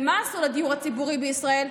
מה עשו לדיור הציבורי בישראל?